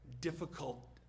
difficult